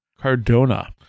Cardona